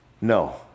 no